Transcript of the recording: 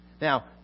Now